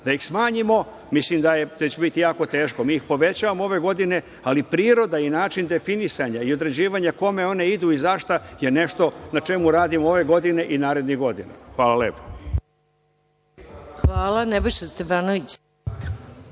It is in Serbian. Da ih smanjimo, mislim da će biti jako teško. Mi ih povećavamo ove godine, ali priroda i način definisanja i određivanja kome one idu i za šta je nešto na čemu radimo ove godine i narednih godina. Hvala. **Maja Gojković**